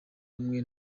rumwe